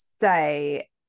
say-